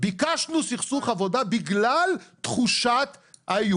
ביקשנו סכסוך עבודה בגלל תחושת האיום.